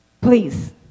please